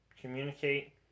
Communicate